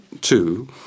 two